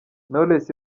knowless